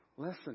Listen